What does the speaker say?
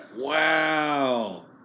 Wow